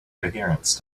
coherence